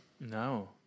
No